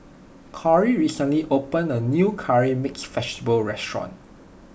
Corey recently opened a new Curry Mixed Vegetable restaurant